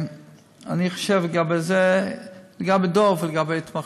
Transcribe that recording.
אני חושב לגבי זה, גם דב, לגבי התמחות: